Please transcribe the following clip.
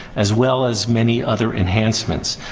as well as many other enhancements.